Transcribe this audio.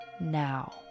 now